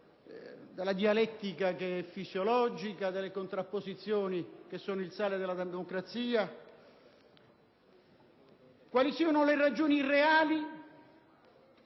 della dialettica che è fisiologica e delle contrapposizioni che sono il sale della democrazia, quali sono le ragioni reali...